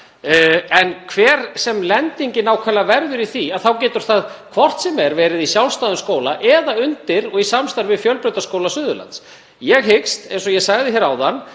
En hver sem lendingin verður nákvæmlega í því þá getur það hvort sem er verið í sjálfstæðum skóla eða undir og í samstarfi við Fjölbrautaskóla Suðurlands. Ég hyggst, eins og ég sagði áðan,